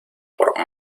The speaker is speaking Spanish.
por